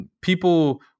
people